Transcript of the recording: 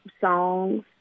songs